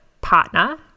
partner